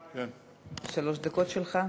שלוש דקות לרשותך.